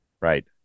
Right